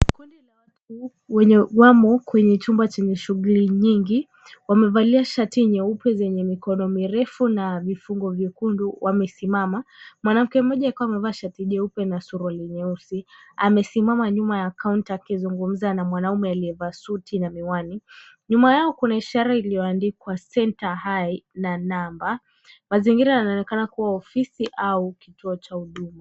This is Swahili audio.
Kundi la watu wenye wamo kwenye chumba chenye shughuli nyingi, wamevalia shati nyeupe zenye mikono mirefu na vifungo vyekundu wamesimama, mwanamke mmoja akiwa amevaa shati jeupe na suruali nyeusi, amesimama nyuma ya kaunta akizungumza na mwanamume aliyevaa suti na miwani, nyuma yao kuna ishara iliyoandikwa Center High na namba. Mazingira yanaonekana kuwa ofisi au kituo cha huduma.